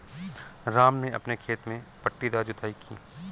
राम ने अपने खेत में पट्टीदार जुताई की